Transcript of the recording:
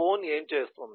phone ఏమి చేస్తుంది